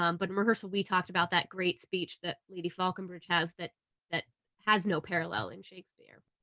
um but in rehearsal we talked about that great speech that lady falconbridge has that that has no parallel in shakespeare.